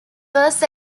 was